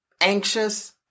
anxious